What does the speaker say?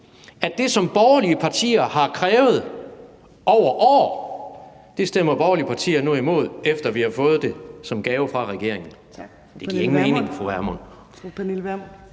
at det, som borgerlige partier har krævet over år, stemmer borgerlige partier nu imod, efter vi har fået det som gave fra regeringen. Det giver ingen mening, fru Pernille